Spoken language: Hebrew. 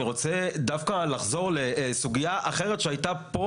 אני רוצה לחזור דווקא לסוגיה אחרת שהייתה פה